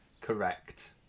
Correct